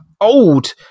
Old